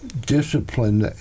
discipline